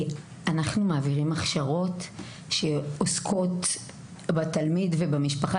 אנחנו מעבירים הדרכות שעוסקות בתלמיד ובמשפחה